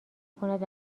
کند